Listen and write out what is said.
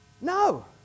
no